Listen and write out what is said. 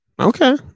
Okay